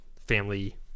family